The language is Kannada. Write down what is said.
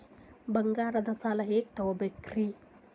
ಬಂಗಾರದ್ ಸಾಲ ಹೆಂಗ್ ತಗೊಬೇಕ್ರಿ?